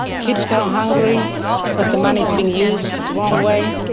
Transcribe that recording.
kids go hungry because the money's being used the wrong way,